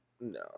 No